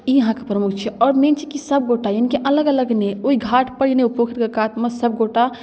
ई अहाँके प्रमुख छै आओर मेन छै कि सबगोटा यानिकि अलग अलग नहि ओहि घाटपर यानि ओहि पोखरिके कातमे सबगोटा